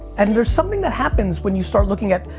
and there's something that happens when you start looking at,